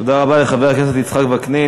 תודה רבה לחבר הכנסת יצחק וקנין.